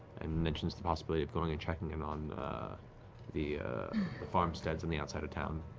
and mentions the possibility of going and checking in on the farmsteads on the outside of town.